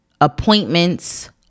appointments